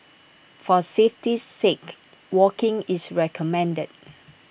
for safety's sake walking is recommended